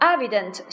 Evident